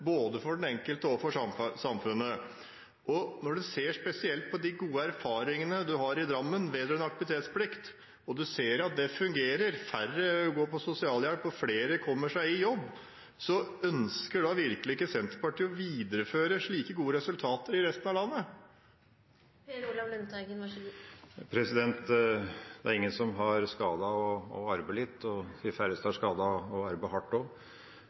både for den enkelte og for samfunnet. Når en ser spesielt på de gode erfaringene man har i Drammen vedrørende aktivitetsplikt, og man ser at det fungerer, færre går på sosialhjelp og flere kommer seg i jobb, ønsker virkelig ikke Senterpartiet å videreføre slike gode resultater i resten av landet? Det er ingen som tar skade av å arbeide litt, og de færreste tar skade av å arbeide hardt